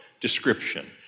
description